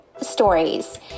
stories